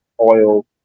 oil